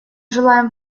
желаем